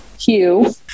Hugh